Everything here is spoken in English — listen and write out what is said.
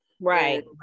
Right